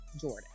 Jordan